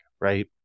right